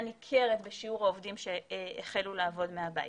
ניכרת בשיעור העובדים שהחלו לעבוד מהבית.